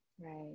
right